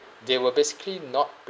they were basically not pre-